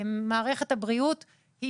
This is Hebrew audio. מערכת הבריאות,